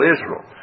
Israel